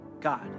God